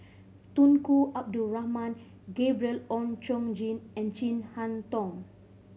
Tunku Abdul Rahman Gabriel Oon Chong Jin and Chin Harn Tong